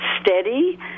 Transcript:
steady